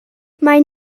maen